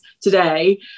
today